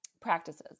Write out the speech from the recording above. practices